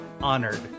honored